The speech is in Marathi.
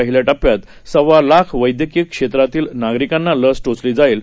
पहिल्याटप्प्यातसव्वालाखवैद्यकियक्षेत्रातीलनागरिकांनालसटोचलीजाईल